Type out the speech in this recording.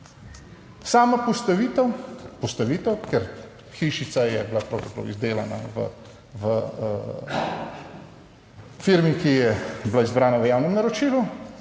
postavitev, ker hišica je bila pravzaprav izdelana v firmi, ki je bila izbrana v javnem naročilu,